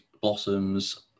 Blossoms